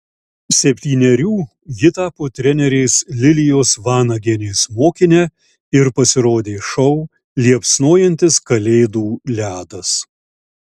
septynerių ji tapo trenerės lilijos vanagienės mokine ir pasirodė šou liepsnojantis kalėdų ledas